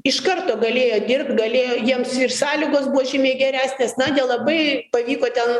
iš karto galėjo dirbt galėjo jiems ir sąlygos buvo žymiai geresnės na nelabai pavyko ten